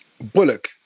Bullock